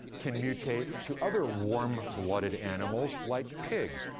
can mutate to other warm-blooded animals like pigs,